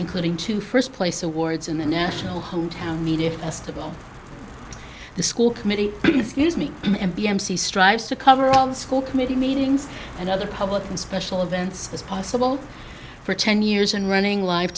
including two first place awards in the national hometown media festival the school committee scuse me and b m c strives to cover all the school committee meetings and other public and special events as possible for ten years and running live